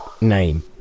name